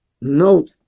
note